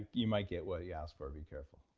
you might get what you asked for. be careful